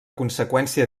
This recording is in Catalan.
conseqüència